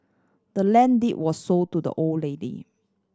the land deed was sold to the old lady